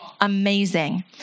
amazing